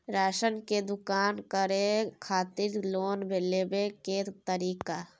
Ration के दुकान करै खातिर लोन लेबै के तरीका?